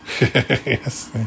Yes